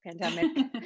pandemic